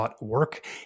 .work